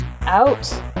Out